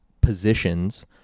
positions